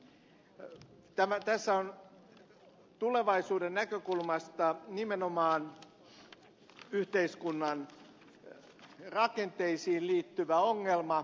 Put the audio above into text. tässä on tulevaisuuden näkökulmasta nimenomaan yhteiskunnan rakenteisiin liittyvä ongelma